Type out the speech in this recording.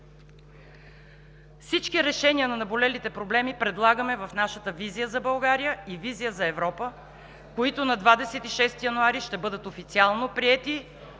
Всички решения на наболелите проблеми предлагаме в нашата „Визия за България“ и „Визия за Европа“, които на 26 януари ще бъдат официално приети